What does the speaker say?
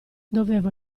dovevo